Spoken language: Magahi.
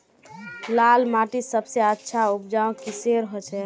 लाल माटित सबसे अच्छा उपजाऊ किसेर होचए?